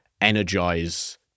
energize